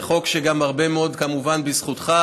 זה חוק שהוא גם הרבה מאוד כמובן בזכותך,